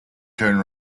turn